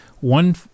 one